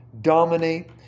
dominate